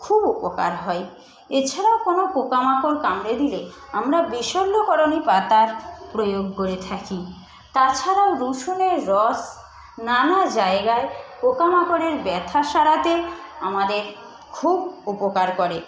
খুব উপকার হয় এছাড়াও কোনো পোকামাকড় কামড়ে দিলে আমরা বিশল্যকরণী পাতার প্রয়োগ করে থাকি তাছাড়াও রসুনের রস নানা জায়গায় পোকামাকড়ের ব্যথা সারাতে আমাদের খুব উপকার করে